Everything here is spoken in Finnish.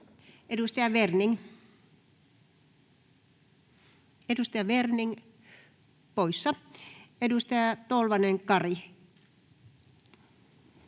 Edustaja Werning — poissa. Edustaja Tolvanen, Kari.